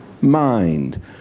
mind